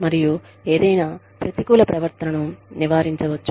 మరియు ఏదైనా ప్రతికూల ప్రవర్తనను నివారించవచ్చు